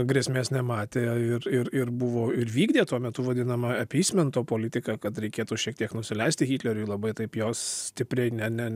grėsmės nematė ir ir ir buvo ir vykdė tuo metu vadinamą apysmento politiką kad reikėtų šiek tiek nusileisti hitleriui labai taip jos stipriai ne ne